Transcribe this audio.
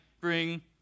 bring